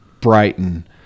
brighton